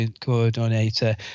coordinator